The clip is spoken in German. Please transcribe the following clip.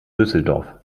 düsseldorf